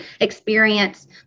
experience